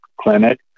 clinic